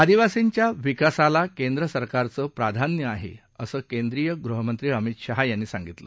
आदिवासींच्या विकासाला केंद्र सरकारचं प्राधान्य आहे असं केंद्रीय गृहमंत्री अमित शहा यांनी सांगितलं